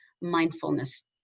mindfulness